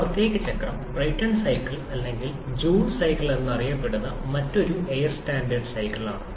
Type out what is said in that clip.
ആ പ്രത്യേക ചക്രം ബ്രൈടൺ സൈക്കിൾ അല്ലെങ്കിൽ ജൂൾ സൈക്കിൾ എന്നറിയപ്പെടുന്ന മറ്റൊരു എയർ സ്റ്റാൻഡേർഡ് സൈക്കിളാണ്